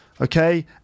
okay